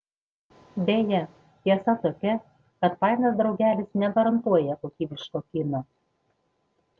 deja tiesa tokia kad fainas draugelis negarantuoja kokybiško kino